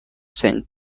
saint